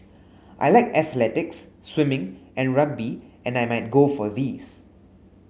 I like athletics swimming and rugby and I might go for these